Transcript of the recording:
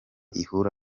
ihura